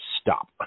stop